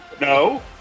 No